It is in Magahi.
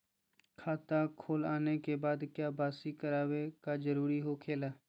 खाता खोल आने के बाद क्या बासी करावे का जरूरी हो खेला?